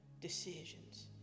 decisions